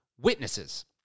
witnesses